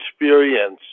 experience